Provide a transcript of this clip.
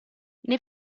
nei